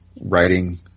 writing